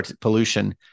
pollution